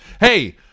Hey